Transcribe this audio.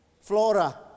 Flora